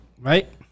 Right